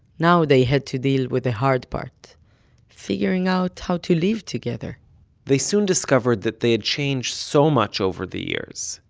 now they had to deal with the hard part figuring out how to live together they soon discovered that they had changed so much over the years,